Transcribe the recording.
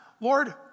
Lord